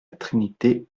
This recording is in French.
trinité